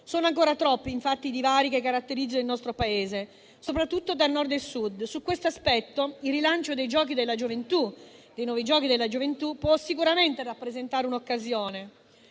Sono ancora troppi infatti i divari che caratterizzano il nostro Paese, soprattutto tra Nord e Sud. Su questo aspetto il rilancio dei Nuovi giochi della gioventù può sicuramente rappresentare un'occasione.